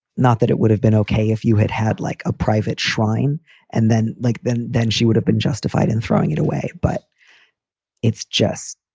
not that it would have been ok if you had had like a private shrine and then like then then she would have been justified in throwing it away. but it's just.